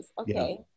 okay